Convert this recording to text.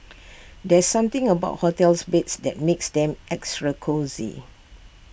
there's something about hotels beds that makes them extra cosy